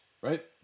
right